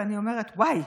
ואני אומרת: וואי,